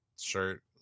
shirt